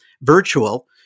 virtual